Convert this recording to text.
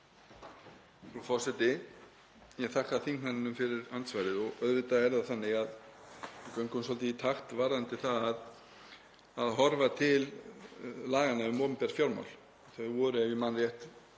Frú forseti. Ég þakka þingmanninum fyrir andsvarið. Auðvitað er það þannig að við göngum svolítið í takt varðandi það að horfa til laganna um opinber fjármál. Þau voru, ef ég man rétt,